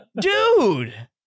dude